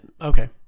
okay